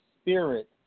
spirit